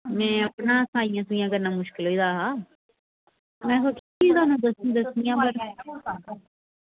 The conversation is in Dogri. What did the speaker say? में अपना सफाइयां करना मुशकल होई गेदा हा